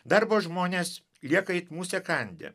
darbo žmonės lieka it musę kandę